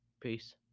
peace